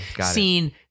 seen